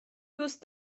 دوست